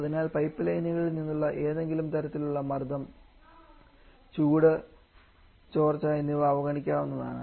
അതിനാൽ പൈപ്പ്ലൈനുകളിൽ നിന്നുള്ള ഏതെങ്കിലും തരത്തിലുള്ള മർദ്ദം ചൂട് ചോർച്ച എന്നിവ അവഗണിക്കാവുന്നതാണ്